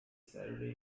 saturday